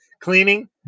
cleaning